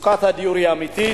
מצוקת הדיור היא אמיתית,